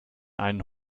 einen